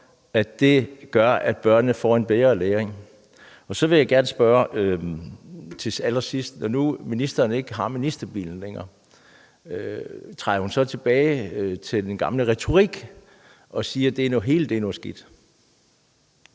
at det gør, at børnene får en bedre læring? Så vil jeg gerne spørge til allersidst: Når ministeren ikke længere har ministerbilen, vil hun så vende tilbage til den gamle retorik og sige, at det hele er noget skidt?